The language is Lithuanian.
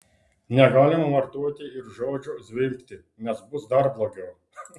negalima vartoti ir žodžio zvimbti nes bus dar blogiau